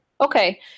Okay